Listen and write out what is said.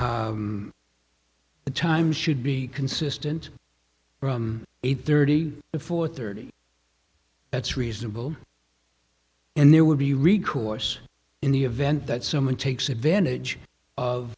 the time should be consistent from eight thirty four thirty that's reasonable and there would be recourse in the event that someone takes advantage of